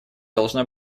должна